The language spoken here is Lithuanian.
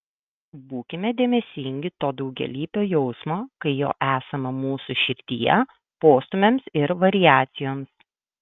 būkime dėmesingi to daugialypio jausmo kai jo esama mūsų širdyje postūmiams ir variacijoms